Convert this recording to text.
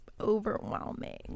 overwhelming